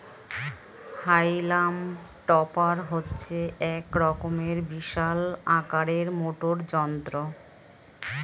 হাইলাম টপার হচ্ছে এক রকমের বিশাল আকারের মোটর যন্ত্র